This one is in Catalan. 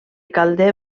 calder